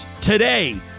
today